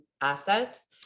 assets